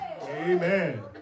Amen